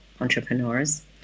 entrepreneurs